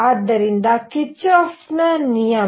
ಆದ್ದರಿಂದ ಅದು ಕಿರ್ಚಾಫ್ನ ನಿಯಮ